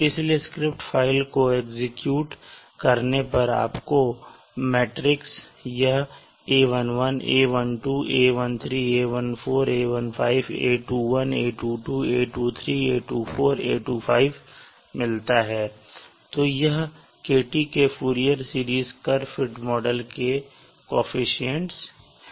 इसलिए script file को execute करने पर आपको यह मैट्रिक्स यह a11 a12 a13 a14 a15 a21 a22 a23 a24 a25 मिलता है तो यह Kt के Fourier series curve fit model के कोअफिशन्ट है